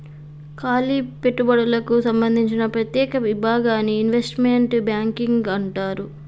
కాలి పెట్టుబడులకు సంబందించిన ప్రత్యేక విభాగాన్ని ఇన్వెస్ట్మెంట్ బ్యాంకింగ్ అంటారు